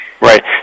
Right